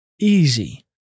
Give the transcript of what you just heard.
easy